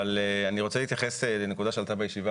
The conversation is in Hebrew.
אבל אני רוצה להתייחס לנקודה שעלתה בישיבה